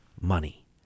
money